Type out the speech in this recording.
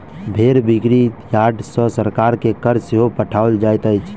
भेंड़ बिक्री यार्ड सॅ सरकार के कर सेहो पठाओल जाइत छै